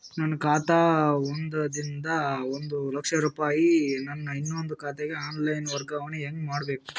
ನನ್ನ ಖಾತಾ ದಿಂದ ಒಂದ ಲಕ್ಷ ರೂಪಾಯಿ ನನ್ನ ಇನ್ನೊಂದು ಖಾತೆಗೆ ಆನ್ ಲೈನ್ ವರ್ಗಾವಣೆ ಹೆಂಗ ಮಾಡಬೇಕು?